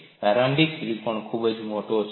પ્રારંભિક ત્રિકોણ ખૂબ મોટો છે